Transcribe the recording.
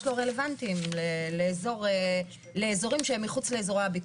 לא רלוונטיים לאזורים שהם מחוץ לאזורי הביקוש.